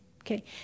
Okay